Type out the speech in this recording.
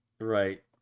Right